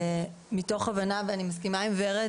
אני מסכימה עם ורד,